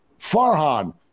Farhan